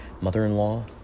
mother-in-law